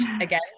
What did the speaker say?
again